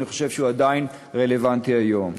אני חושב שהיא עדיין רלוונטית היום.